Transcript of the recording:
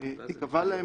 תיקבע להם